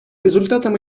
результатам